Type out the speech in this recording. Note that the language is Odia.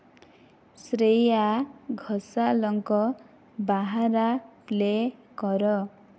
ଶ୍ରେୟା ଘୋଷାଲଙ୍କ ବାହାରା ପ୍ଲେ କର